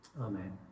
Amen